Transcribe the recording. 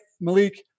Malik